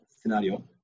scenario